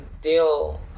deal